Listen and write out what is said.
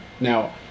Now